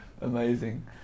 Amazing